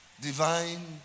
Divine